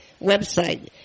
website